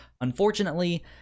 unfortunately